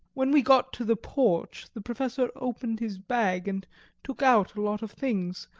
when we got to the porch the professor opened his bag and took out a lot of things,